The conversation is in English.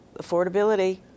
affordability